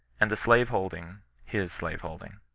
and the slaveholding his slave holding.